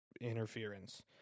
interference